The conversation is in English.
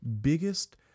biggest